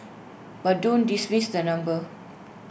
but don't dismiss the number